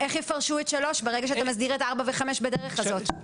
איך יפרשו את 3 ברגע שאתה מסדיר1 את 4 ו-5 בדרך הזאת?